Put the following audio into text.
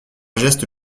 geste